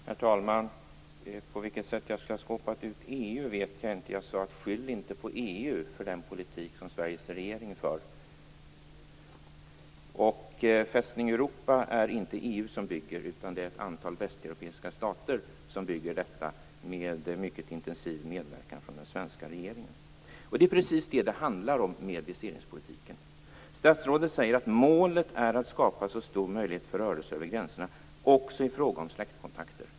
Herr talman! Jag vet inte på vilket sätt jag skulle ha skåpat ut EU. Jag sade: Skyll inte den politik som Sveriges regering för på EU! Fästning Europa är det inte EU som bygger, utan det är ett antal västeuropeiska stater som bygger detta med mycket intensiv medverkan från den svenska regeringen. Det är precis vad det handlar om när det gäller viseringspolitiken. Statsrådet säger att målet är att skapa så stor frihet som möjligt för rörelser över gränserna, också i fråga om släktkontakter.